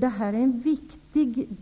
Det är viktigt